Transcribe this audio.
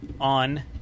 on